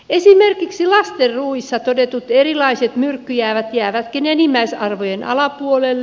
esimerkiksi lastenruuissa todetut erilaiset myrkkyjäämät jäävätkin enimmäisarvojen alapuolelle